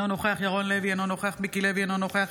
נוכח ירון לוי, אינו נוכח מיקי לוי, אינו נוכח